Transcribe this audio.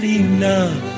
enough